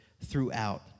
throughout